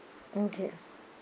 okay